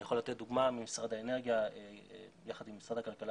אני יכול לתת דוגמא ממשרד האנרגיה יחד עם משרד הכלכלה